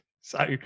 So-